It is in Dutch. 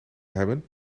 hebben